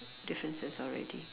differences already